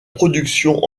production